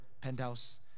penthouse